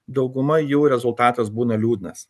dauguma jų rezultatas būna liūdnas